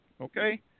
Okay